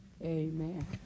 Amen